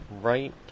Right